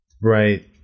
Right